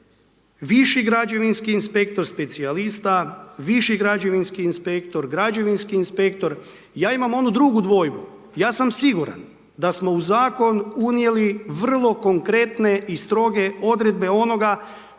viši građevinski inspektor – specijalista, viši građevinski inspektor, građevinski inspektor, ja imam onu drugu dvojbu ja sam siguran da smo u zakon unijeli vrlo konkretne i stroge odredbe onoga što